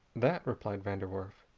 that, replied van der werf,